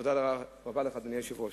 תודה רבה לך, אדוני היושב-ראש.